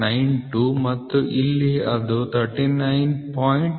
92 ಮತ್ತು ಇಲ್ಲಿ ಅದು 39